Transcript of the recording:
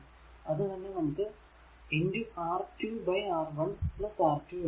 അത് തന്നെ നമുക്ക് R2 R1 R2 എന്നും കിട്ടി